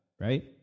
right